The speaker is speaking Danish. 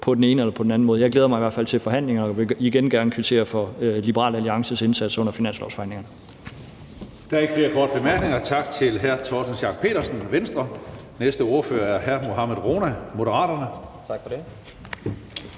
på den ene eller på den anden måde. Jeg glæder mig i hvert fald til forhandlingerne og vil igen gerne kvittere for Liberal Alliances indsats under finanslovsforhandlingerne. Kl. 14:29 Tredje næstformand (Karsten Hønge): Der er ikke flere korte bemærkninger. Tak til hr. Torsten Schack Pedersen, Venstre. Næste ordfører er hr. Mohammad Rona, Moderaterne. Kl.